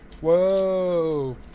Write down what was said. Whoa